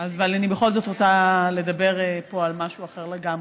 אבל אני בכל זאת רוצה לדבר על משהו אחר לגמרי.